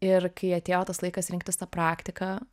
ir kai atėjo tas laikas rinktis tą praktiką